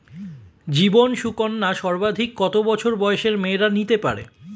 জীবন সুকন্যা সর্বাধিক কত বছর বয়সের মেয়েরা নিতে পারে?